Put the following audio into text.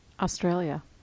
Australia